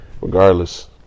Regardless